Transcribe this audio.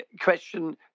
question